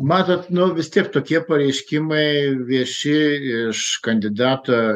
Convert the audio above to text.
matot nu vis tiek tokie pareiškimai vieši iš kandidatą